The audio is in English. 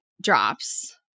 drops